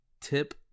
Tip